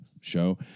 show